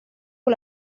con